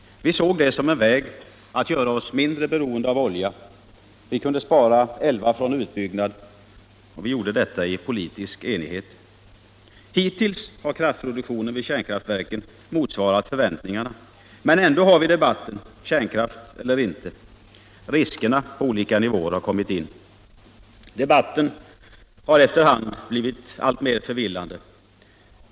Vi såg det som en väg att göra oss mindre beroende av olja. Vi kunde spara älvar från utbyggnad. Vi gjorde detta i politisk enighet. Hittills har kraftproduktionen vid kärnkraftverken motsvarat förväntningarna. Men ändå har vi debatten kärnkraft eller inte. Riskerna på olika nivåer har kommit in. Debatten har efter hand blivit alltmer förvillande.